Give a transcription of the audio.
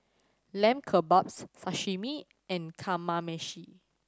Lamb Kebabs Sashimi and Kamameshi